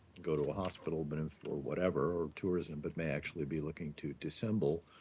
go to a hospital but and or whatever, or tourism, but may actually be looking to dissemble